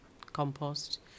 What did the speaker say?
compost